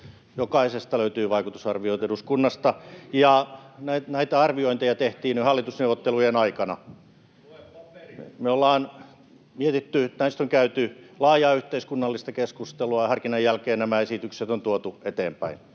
Jokaisesta löytyy eduskunnasta vaikutusarviot, ja näitä arviointeja tehtiin jo hallitusneuvotteluiden aikana. Me ollaan mietitty, näistä on käyty laajaa yhteiskunnallista keskustelua, ja harkinnan jälkeen nämä esitykset on tuotu eteenpäin.